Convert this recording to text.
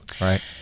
right